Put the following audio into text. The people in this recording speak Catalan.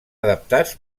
adaptats